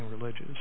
religious